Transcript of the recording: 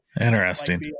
Interesting